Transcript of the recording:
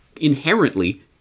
inherently